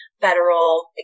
federal